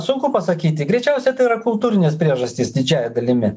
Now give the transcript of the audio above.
sunku pasakyti greičiausia tai yra kultūrinės priežastys didžiąja dalimi